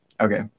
Okay